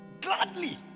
Gladly